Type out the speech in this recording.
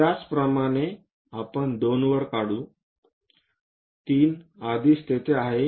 त्याचप्रमाणे आपण 2 वर काढू 3 आधीच तेथे आहे